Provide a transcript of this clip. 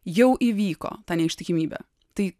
jau įvyko ta neištikimybė tai